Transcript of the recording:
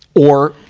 or,